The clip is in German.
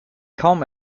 kaum